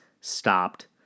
stopped